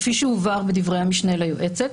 כפי שהובהר בדברי המשנה ליועצת,